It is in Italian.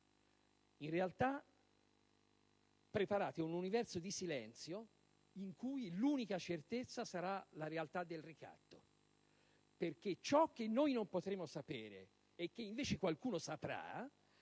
In realtà, preparate un universo di silenzio, in cui l'unica certezza sarà la realtà del ricatto. Infatti, ciò che noi non potremo sapere, e che, invece, qualcuno saprà,